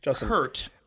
hurt